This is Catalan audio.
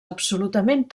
absolutament